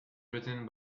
written